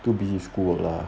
too busy with school work lah